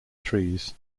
trees